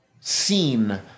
seen